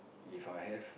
If I have